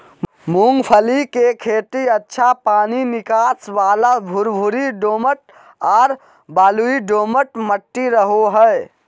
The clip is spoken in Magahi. मूंगफली के खेती अच्छा पानी निकास वाला भुरभुरी दोमट आर बलुई दोमट मट्टी रहो हइ